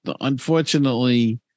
unfortunately